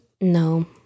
No